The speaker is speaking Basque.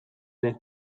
ere